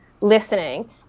listening